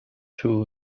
two